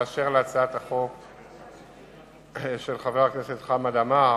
באשר להצעת החוק של חבר הכנסת חמד עמאר,